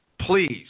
please